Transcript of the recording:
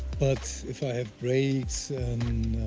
but if have breaks and